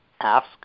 ask